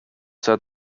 said